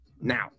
now